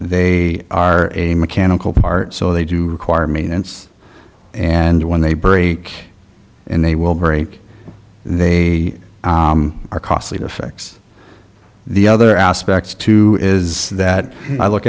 they are a mechanical part so they do require maintenance and when they break and they will break and they are costly to fix the other aspects to it is that i look